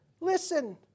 listen